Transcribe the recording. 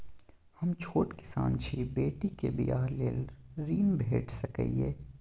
हम छोट किसान छी, बेटी के बियाह लेल ऋण भेट सकै ये?